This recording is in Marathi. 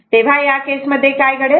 तेव्हा या केस मध्ये काय घडेल